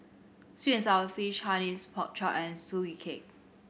sweet and sour fish Hainanese Pork Chop and Sugee Cake